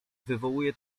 wywołuje